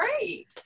great